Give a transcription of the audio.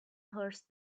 horse